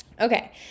Okay